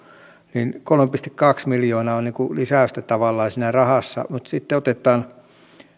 niin kolme pilkku kaksi miljoonaa on lisäystä tavallaan siinä rahassa mutta sitten otetaan